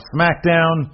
SmackDown